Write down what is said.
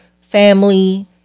family